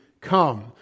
come